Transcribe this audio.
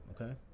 Okay